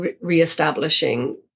reestablishing